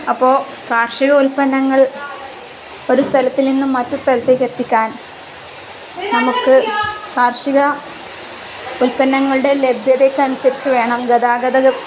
അപ്പോള് കാർഷികോൽപ്പന്നങ്ങൾ ഒരു സ്ഥലത്ത് നിന്നും മറ്റു സ്ഥലത്തേക്ക് എത്തിക്കാൻ നമുക്ക് കാർഷികോൽപ്പന്നങ്ങളുടെ ലഭ്യതയ്ക്കനുസരിച്ച് വേണം ഗതാഗത